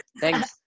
Thanks